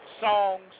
songs